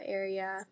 area